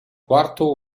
quarto